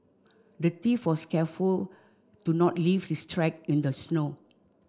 the thief was careful to not leave his track in the snow